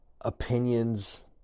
opinions